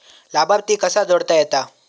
लाभार्थी कसा जोडता येता?